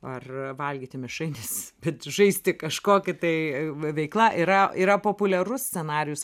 ar valgyti mišraines bet žaisti kažkokį tai veikla yra yra populiarus scenarijus